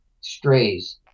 strays